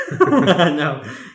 No